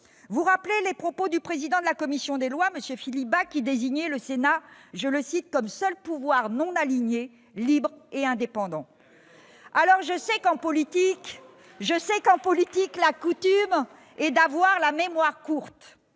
Vous rappelez les propos du président de la commission des lois, M. Philippe Bas, qui qualifiait le Sénat de « seul pouvoir non aligné, libre et indépendant ». Je sais qu'en politique la coutume est d'avoir la mémoire courte.